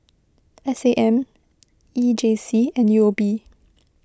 S A M E J C and U O B